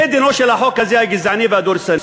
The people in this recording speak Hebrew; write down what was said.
זה דינו של החוק הזה, הגזעני והדורסני.